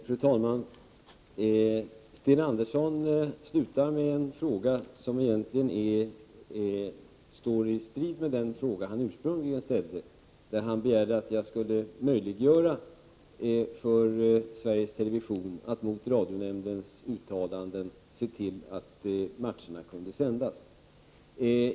Fru talman! Sten Andersson slutar med en fråga som egentligen står i strid med den fråga som han ursprungligen ställde. I den första frågan begärde han att jag skulle möjliggöra för Sveriges television att mot radionämndens uttalanden se till att tennismatcherna kunde sändas.